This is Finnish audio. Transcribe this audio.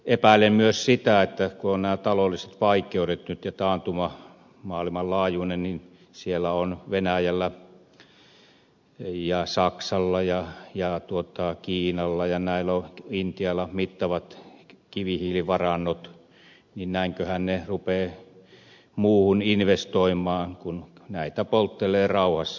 epäilen myös sitä kun on nämä taloudelliset vaikeudet nyt ja maailmanlaajuinen taantuma ja siellä on venäjällä ja saksalla ja kiinalla ja näillä intialla mittavat kivihiilivarannot että näinköhän ne rupeavat muuhun investoimaan kun näitä polttelevat rauhassa